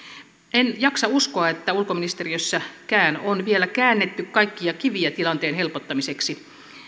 en jaksa uskoa että ulkoministeriössäkään on vielä käännetty kaikkia kiviä tilanteen helpottamiseksi